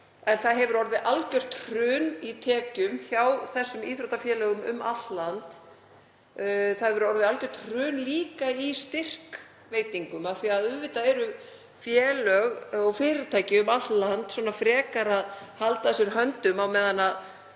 er. Það hefur orðið algjört hrun í tekjum hjá íþróttafélögum um allt land. Það hefur orðið algjört hrun líka í styrkveitingum af því að auðvitað halda félög og fyrirtæki um allt land frekar að sér höndum á meðan við